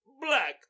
Black